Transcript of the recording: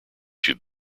you’ve